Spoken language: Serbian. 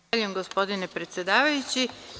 Zahvaljujem gospodine predsedavajući.